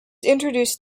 introduced